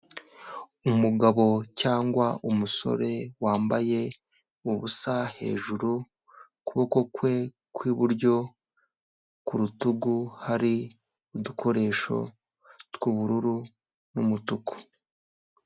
Umugabo cyangwa umusore wambaye ubusa hejuru, ukuboko kwe ku iburyo, ku rutugu hari udukoresho tw'ubururu n'umutuku.